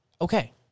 okay